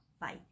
bye